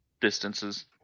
distances